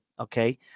Okay